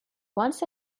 once